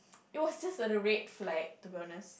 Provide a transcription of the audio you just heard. it was just red flag to be honest